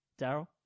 Daryl